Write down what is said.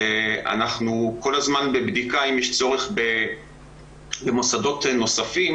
אנחנו כל הזמן בבדיקה אם יש צורך במוסדות נוספים,